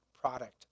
product